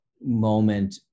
moment